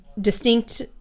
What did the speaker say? distinct